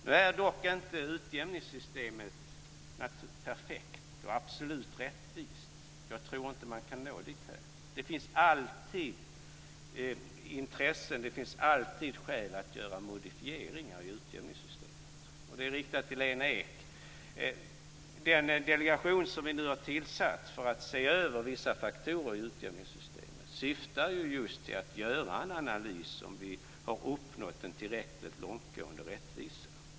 Nu är dock inte utjämningssystemet perfekt och absolut rättvist - jag tror inte att man kan nå dithän. Det finns alltid skäl att göra modifieringar, och det riktar jag till Lena Ek. Den delegation som vi nu har tillsatt för att se över vissa faktorer i utjämningssystemet syftar just till att göra en analys av om vi har uppnått en tillräckligt långtgående rättvisa.